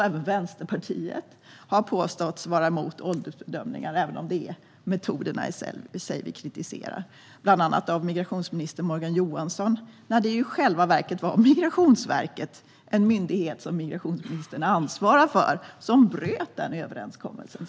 Även Vänsterpartiet har påståtts vara mot åldersbedömningar fast det är metoderna i sig vi kritiserar. Bland annat har kritik uttalats av migrationsminister Morgan Johansson - även om det i själva verket var Migrationsverket, en myndighet som migrationsministern ansvarar för, som bröt överenskommelsen.